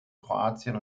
kroatien